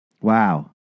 Wow